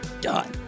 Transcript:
done